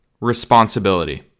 responsibility